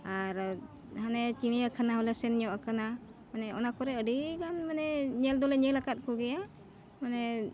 ᱟᱨ ᱦᱟᱱᱮ ᱪᱤᱲᱤᱭᱟᱠᱷᱟᱱᱟ ᱦᱚᱸᱞᱮ ᱥᱮᱱᱧᱚᱜ ᱟᱠᱟᱱᱟ ᱢᱟᱱᱮ ᱚᱱᱟ ᱠᱚᱨᱮ ᱟᱹᱰᱤ ᱜᱟᱱ ᱢᱟᱱᱮ ᱧᱮᱞ ᱫᱚᱞᱮ ᱧᱮᱞ ᱟᱠᱟᱫ ᱠᱚᱜᱮᱭᱟ ᱢᱟᱱᱮ